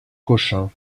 cochin